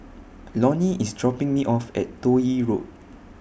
Loni IS dropping Me off At Toh Yi Road